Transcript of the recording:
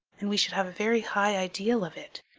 and we should have a very high ideal of it,